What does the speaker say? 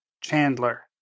Chandler